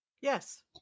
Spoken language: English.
Yes